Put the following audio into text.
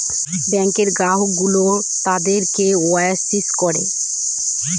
ব্যাঙ্কে গ্রাহক গুলো তাদের কে ওয়াই সি করে